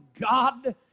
God